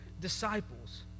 disciples